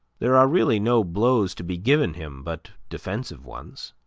there are really no blows to be given him but defensive ones.